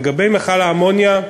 לגבי מכל האמוניה,